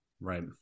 right